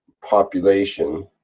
population.